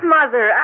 Mother